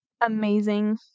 Amazing